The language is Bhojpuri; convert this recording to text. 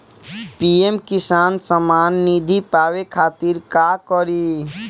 पी.एम किसान समान निधी पावे खातिर का करी?